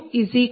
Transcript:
5 0